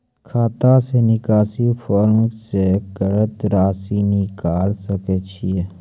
खाता से निकासी फॉर्म से कत्तेक रासि निकाल सकै छिये?